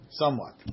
somewhat